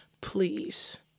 Please